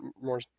more